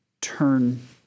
turn